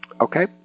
Okay